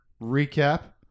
recap